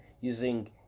using